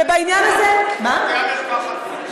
ובעניין הזה, בבתי-המרקחת נפגשים.